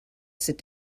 sit